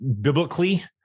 biblically